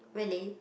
really